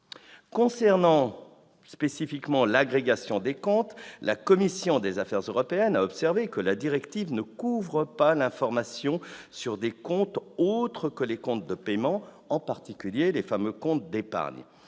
Concernant l'agrégation des comptes, la commission des affaires européennes a observé que la directive ne couvre pas l'information sur des comptes autres que les comptes de paiement, en particulier les comptes d'épargne.